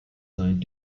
signed